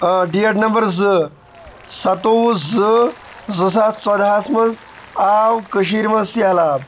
date number زٕ سَتووُہ زٕ زٕ ساس ژۄدہَس منٛز آو کٔشیٖرِ منٛز سہلاب